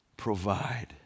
provide